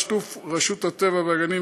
בשיתוף רשות הטבע והגנים,